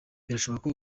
birashoboka